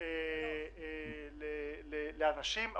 הוא יודע את מי להוציא לחופש,